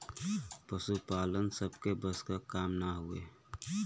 पसुपालन सबके बस क काम ना हउवे